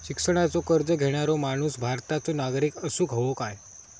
शिक्षणाचो कर्ज घेणारो माणूस भारताचो नागरिक असूक हवो काय?